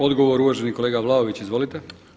Odgovor uvaženi kolega Vlaović, izvolite.